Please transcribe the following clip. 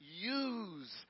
use